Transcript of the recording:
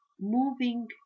moving